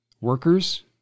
workers